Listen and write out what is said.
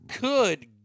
Good